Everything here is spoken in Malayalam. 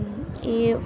ഈ